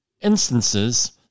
instances